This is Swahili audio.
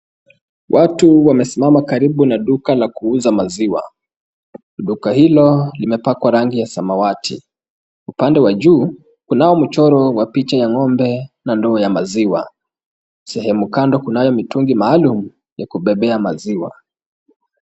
Watu wamesimama karibu na duka la kuuza maziwa. Duka hilo limepakwa rangi ya samawati. Upande wa juu, kunao mchoro wa picha ya ng'ombe na ndoo ya maziwa. Sehemu kando kunayo mitungi maalum ya kubebea maziwa.